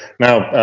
now,